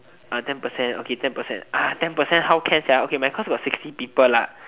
ten percent okay ten percent ten percent how can okay my course have sixty people lah